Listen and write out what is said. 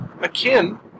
akin